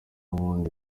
ubundi